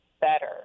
better